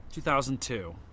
2002